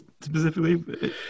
specifically